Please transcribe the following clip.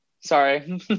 sorry